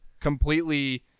completely